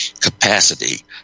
capacity